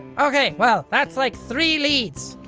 ok well. that's like three leads.